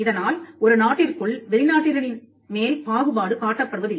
இதனால் ஒரு நாட்டிற்குள் வெளிநாட்டினரின் மேல் பாகுபாடு காட்டப்படுவதில்லை